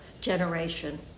generation